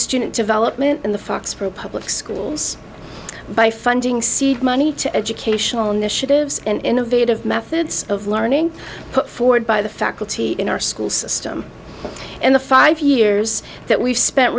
student development in the foxboro public schools by funding seed money to educational initiatives and innovative methods of learning put forward by the faculty in our school system in the five years that we've spent